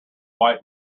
white